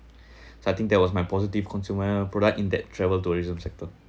so I think there was my positive consumer product in that travel tourism sector